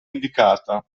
indicata